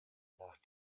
nach